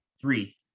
Three